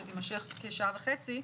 שתימשך כשעה וחצי,